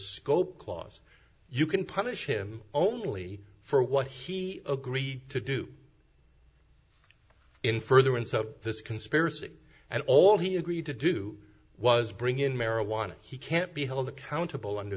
scope clause you can punish him only for what he agreed to do in furtherance of this conspiracy and all he agreed to do was bring in marijuana he can't be held accountable under